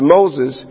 Moses